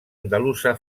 andalusa